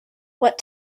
what